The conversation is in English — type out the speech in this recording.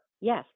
Yes